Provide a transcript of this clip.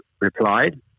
replied